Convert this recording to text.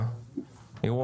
מיוזמי האירוע.